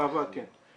בעבר, כן.